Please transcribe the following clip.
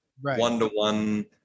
one-to-one